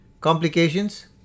Complications